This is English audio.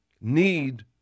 need